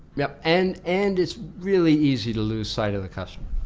yep and and it's really easy to lose sight of the customer.